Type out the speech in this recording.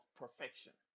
perfection